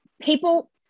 people